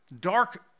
dark